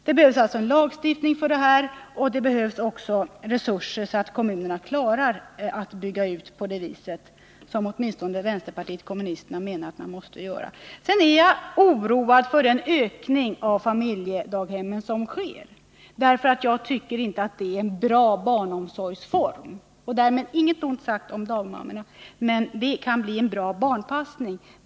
Det behövs alltså en lagstiftning för det, och det behövs också resurser, så att kommunerna klarar att bygga ut på det sättet, vilket åtminstone vänsterpartiet kommunisterna menar att man måste göra. Jag är oroad för den ökning av antalet familjedaghem som sker, därför att jaginte tycker att det är en bra barnomsorgsform. Därmed inget ont sagt om dagmammorna — det kan vara en bra barnpassning.